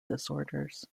disorders